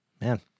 Man